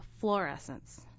fluorescence